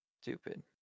Stupid